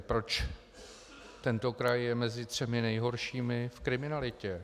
Proč tento kraj je mezi třemi nejhoršími v kriminalitě.